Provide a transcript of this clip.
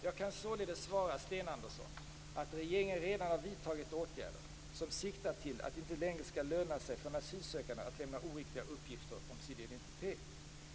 Jag kan således svara Sten Andersson att regeringen redan har vidtagit åtgärder som siktar till att det inte längre skall löna sig för en asylsökande att lämna oriktiga uppgifter om sin identitet.